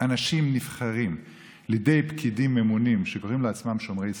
אנשים נבחרים לידי פקידים ממונים שקוראים לעצמם "שומרי סף"